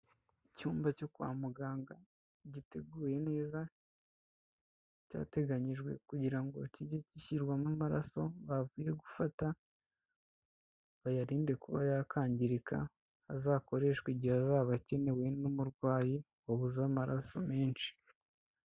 Icyumba cyo kwa muganga giteguye neza, cyateganyijwe kugira ngo kijye gishyirwamo amaraso bavuye gufata, bayarinde kuba yakangirika azakoreshwa igihe azaba akenewe n'umurwayi wabuze amaraso menshi.